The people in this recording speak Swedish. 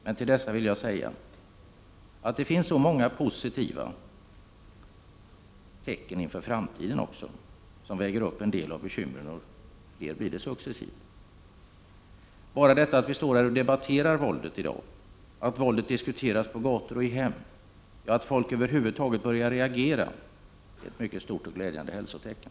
Men till dessa vill jag säga att det också finns många och positiva tecken inför framtiden, som väger upp en del av bekymren, och fler blir det successivt. Bara detta att vi står här och debatterar våldet i dag, att våldet diskuteras på gator och i hem, ja att folk över huvud taget börjar reagera, är ett mycket stort och glädjande hälsoteken.